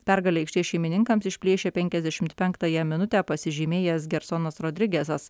pergalę aikštės šeimininkams išplėšė penkiasdešimt penktąją minutę pasižymėjęs gersonas rodrigesas